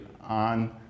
on